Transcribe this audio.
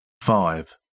five